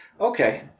okay